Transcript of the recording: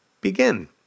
begin